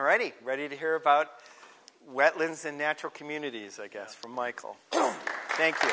already ready to hear about wetlands and natural communities i guess for michael thank you